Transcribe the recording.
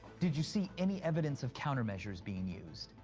did you see any evidence of countermeasures being used?